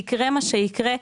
יקרה מה שיקרה,